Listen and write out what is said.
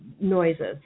noises